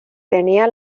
tenía